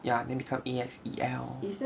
ya then become A X E L isn't the only thing